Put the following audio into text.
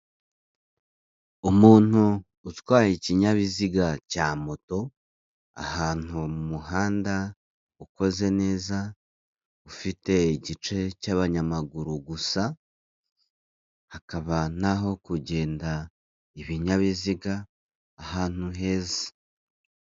Umuntu utwaye ikinyabiziga cya moto ,ahantu mu muhanda ukoze neza, ufite igice cy'abanyamaguru gusa ,hakaba naho kugenda ibinyabiziga, ahantu heza.